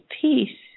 peace